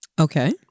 Okay